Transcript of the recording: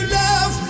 love